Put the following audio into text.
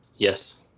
Yes